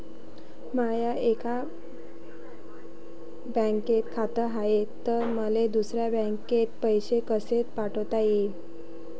माय एका बँकेत खात हाय, त मले दुसऱ्या खात्यात पैसे कसे पाठवता येईन?